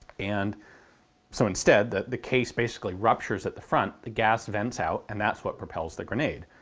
and so instead the the case basically ruptures at the front, the gas vents out, and that's what propels the grenade.